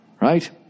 right